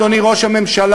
אדוני ראש הממשלה,